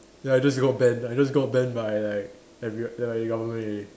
ya I just got banned I just got banned by like every~ like the government already